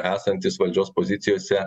esantys valdžios pozicijose